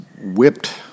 whipped